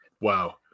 Wow